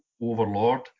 overlord